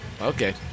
Okay